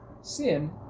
sin